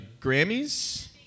Grammys